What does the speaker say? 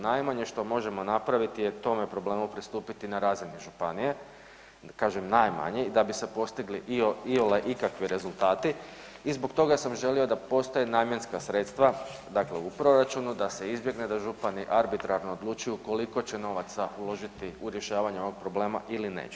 Najmanje što možemo napraviti je tome problemu pristupiti na razini županije, kažem, najmanje, da bi se postigli iole ikakvi rezultati i zbog toga sam želio da postoje namjenska sredstva, dakle u proračunu, da se izbjegne da župani arbitrarno odlučuju koliko će novaca uložiti u rješavanje ovog problema ili neće.